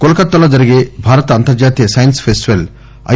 coal కత్తాలో జరిగే భారత అంతర్జాతీయ సైన్స్ ఫెస్టివల్ ఐ